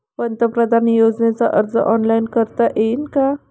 पंतप्रधान योजनेचा अर्ज ऑनलाईन करता येईन का?